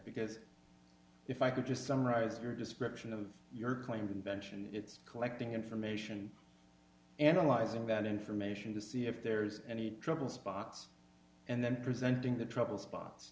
because if i could just summarize your description of your claim to invention it's collecting information analyzing that information to see if there's any trouble spots and then presenting the trouble spots